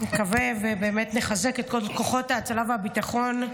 נקווה, ובאמת נחזק את כל כוחות ההצלה והביטחון,